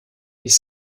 les